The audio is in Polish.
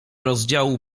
rozdziału